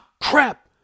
crap